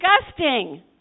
disgusting